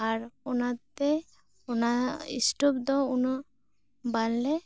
ᱟᱨ ᱚᱱᱟᱛᱮ ᱚᱱᱟ ᱤᱥᱴᱚᱵ ᱫᱚ ᱩᱱᱟ ᱜ ᱵᱟᱝᱞᱮ